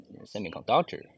semiconductor